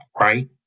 right